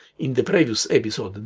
in the previous episode,